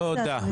תודה.